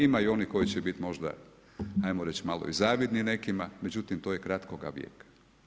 Ima i onih koji će biti možda ajmo reći malo i zavidni nekima, međutim to je kratkoga vijeka.